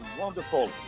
wonderful